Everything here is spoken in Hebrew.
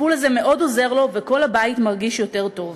הטיפול הזה מאוד עוזר לו וכל הבית מרגיש יותר טוב.